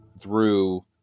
through-